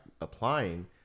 applying